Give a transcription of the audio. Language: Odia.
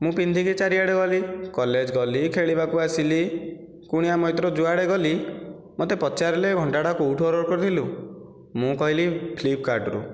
ମୁଁ ପିନ୍ଧିକି ଚାରିଆଡ଼େ ଗଲି କଲେଜ ଗଲି ଖେଳିବାକୁ ଆସିଲି କୁଣିଆ ମୈତ୍ର ଯୁଆଡ଼େ ଗଲି ମୋତେ ପଚାରିଲେ ଘଣ୍ଟାଟା କେଉଁଠୁ ଅର୍ଡ଼ର କରିଲୁ ମୁଁ କହିଲି ଫ୍ଲିପକାର୍ଟ ରୁ